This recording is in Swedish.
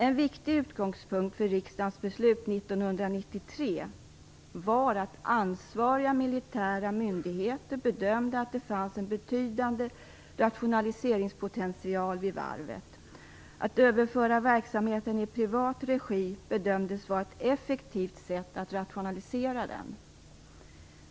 En viktig utgångspunkt för riksdagens beslut 1993 var att ansvariga militära myndigheter bedömde att det fanns en betydande rationaliseringspotential vid varvet. Att överföra verksamheten i privat regi bedömdes vara ett effektivt sätt att rationalisera den.